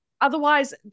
Otherwise